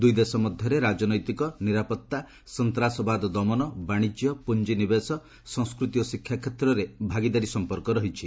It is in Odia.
ଦୁଇ ଦେଶ ମଧ୍ୟରେ ରାଜନୈତିକ ନିରାପତ୍ତା ସନ୍ତାସବାଦ ଦମନ ବାଣିଜ୍ୟ ପୁଞ୍ଜିନିବେଶ ସଂସ୍କୃତି ଓ ଶିକ୍ଷା କ୍ଷେତ୍ରରେ ଭାଗିଦାରୀ ସମ୍ପର୍କ ରହିଛି